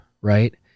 Right